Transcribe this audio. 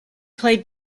played